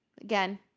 again